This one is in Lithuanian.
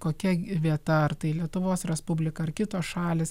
kokia vieta ar tai lietuvos respublika ar kitos šalys